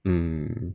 mm